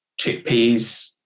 chickpeas